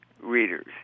readers